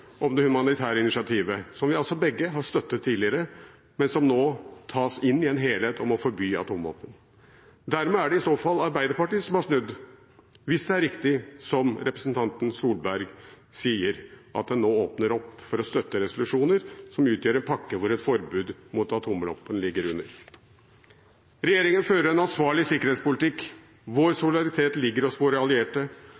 om det humanitære initiativet, som vi altså begge har støttet tidligere, men som nå tas inn i en helhet om å forby atomvåpen. Dermed er det i så fall Arbeiderpartiet som har snudd, hvis det er riktig som representanten Tvedt Solberg sier, at en nå åpner opp for å støtte resolusjoner som utgjør en pakke hvor et forbud mot atomvåpen ligger under. Regjeringen fører en ansvarlig sikkerhetspolitikk. Vår solidaritet ligger hos våre allierte.